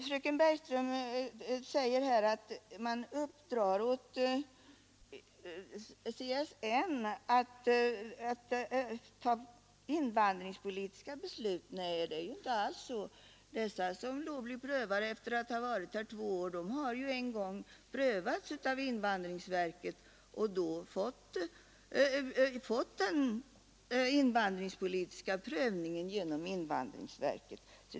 Fröken Bergström säger att man uppdrar åt CSN att fatta invandringspolitiska beslut. Nej, det är inte alls så! Dessa som blir prövade efter att ha varit här två år har ju en gång utsatts för den invandringspolitiska prövningen genom invandrarverket.